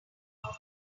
home